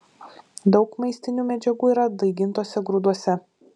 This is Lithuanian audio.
daug maistinių medžiagų yra daigintuose grūduose